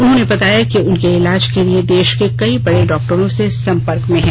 उन्होंने बताया कि उनके इलाज के लिए देश के कई बड़े डॉक्टरों के संपर्क में है